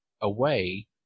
away